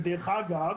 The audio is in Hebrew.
דרך אגב,